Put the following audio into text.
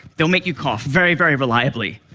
they'll make you cough very, very reliably.